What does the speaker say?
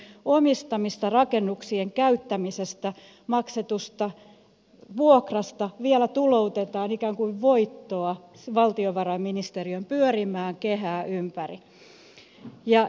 siis veronmaksajien omistamien rakennuksien käyttämisestä maksetusta vuokrasta vielä tuloutetaan ikään kuin voittoa valtiovarainministeriöön pyörimään kehää ympäri